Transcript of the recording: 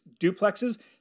duplexes